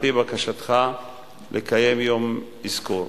על-פי בקשתך לקיים יום אזכור.